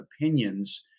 opinions